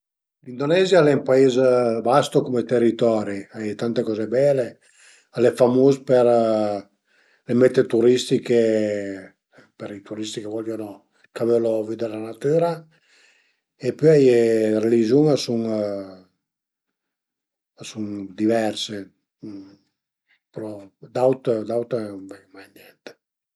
Si al e capitame 'na volta cuand a i era da spuzé ancura, tanti ani fa e niente a i era ën macchina e l'ai avü la sfurtün-a dë tampuné ën caretin, ën caretin dë verdüra e praticament sun, al e capitame che sun ëndörmime, l'ai sarà i öi e sun ënfilame suta, fortünatament sun nen fame niente però